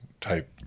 type